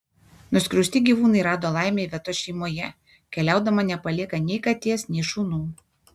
nuskriausti gyvūnai rado laimę ivetos šeimoje keliaudama nepalieka nei katės nei šunų